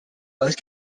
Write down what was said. most